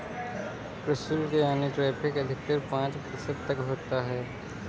प्रशुल्क यानी टैरिफ अधिकतर पांच प्रतिशत तक होता है